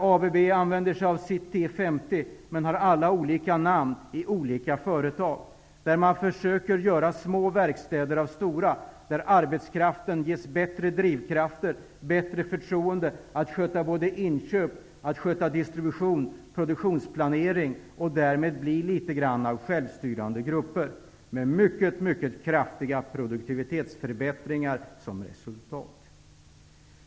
ABB använder ett system, som har olika namn i olika företag, där man försöker göra små verkstäder av stora, där arbetskraften ges bättre drivkraft, bättre förtroende att sköta både inköp, distribution och produktionsplanering och därmed blir något av självstyrande grupper, med mycket kraftiga produktivitetsförbättringar som resultat.